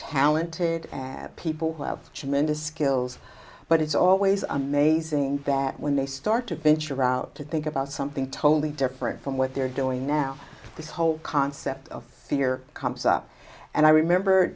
talented had people who have tremendous skills but it's always amazing that when they start to venture out to think about something totally different from what they're doing now this whole concept of fear comes up and i remember